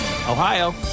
Ohio